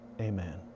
amen